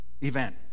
event